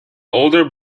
older